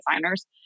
designers